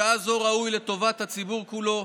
בשעה זו ראוי, לטובת הציבור כולו,